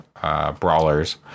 brawlers